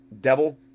devil